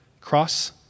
cross